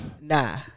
Nah